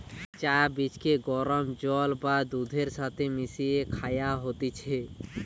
চা বীজকে গরম জল বা দুধের সাথে মিশিয়ে খায়া হতিছে